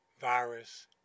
virus